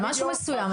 על משהו מסוים.